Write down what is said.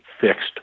fixed